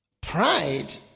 pride